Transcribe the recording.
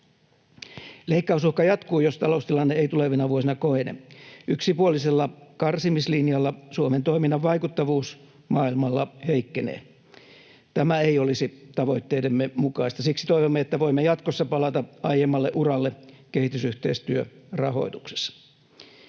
Leikkausuhka jatkuu, jos taloustilanne ei tulevina vuosina kohene. Yksipuolisella karsimislinjalla Suomen toiminnan vaikuttavuus maailmalla heikkenee. Tämä ei olisi tavoitteidemme mukaista. Siksi toivomme, että voimme jatkossa palata aiemmalle uralle kehitysyhteistyörahoituksessa.